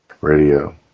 radio